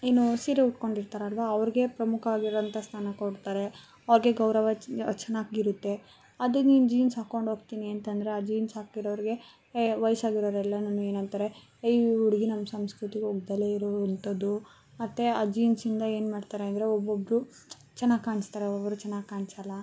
ಏನು ಸೀರೆ ಉಟ್ಕೊಂಡಿರ್ತಾರಲ್ವ ಅವ್ರಿಗೆ ಪ್ರಮುಖವಾಗಿರೋಂತಹ ಸ್ಥಾನ ಕೊಡ್ತಾರೆ ಅವ್ರಿಗೆ ಗೌರವ ಚೆನ್ನಾಗಿರುತ್ತೆ ಅದೇ ನೀವು ಜೀನ್ಸ್ ಹಾಕೊಂಡು ಹೋಗ್ತೀನಿ ಅಂತಂದರೆ ಆ ಜೀನ್ಸ್ ಹಾಕಿರೋರಿಗೆ ವಯಸ್ಸಾಗಿರೋರೆಲ್ಲ ನಮ್ಗೆ ಏನಂತಾರೆ ಈ ಹುಡುಗಿ ನಮ್ಮ ಸಂಸ್ಕೃತಿಗೆ ಒಗ್ಗದಲೇ ಇರುವಂಥದ್ದು ಮತ್ತು ಆ ಜೀನ್ಸಿಂದ ಏನ್ಮಾಡ್ತಾರೆ ಅಂದರೆ ಒಬ್ಬರೊಬ್ರು ಚೆನ್ನಾಗಿ ಕಾಣಿಸ್ತಾರೆ ಒಬ್ರೊಬ್ರು ಚೆನ್ನಾಗಿ ಕಾಣಿಸಲ್ಲ